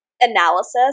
analysis